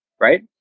right